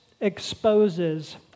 exposes